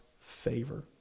favor